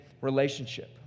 relationship